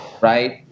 right